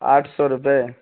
آٹھ سو روپے